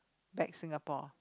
back Singapore